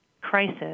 crisis